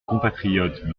compatriotes